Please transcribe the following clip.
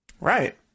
Right